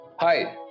Hi